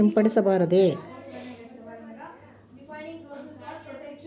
ಹಣ್ಣು ಬಿಡುವ ಸಮಯದಲ್ಲಿ ಕೇಟನಾಶಕ ಸಿಂಪಡಿಸಬಾರದೆ?